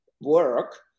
work